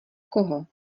koho